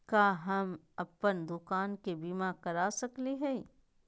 का हम अप्पन दुकान के बीमा करा सकली हई?